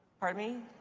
pardon me?